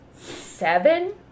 seven